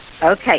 Okay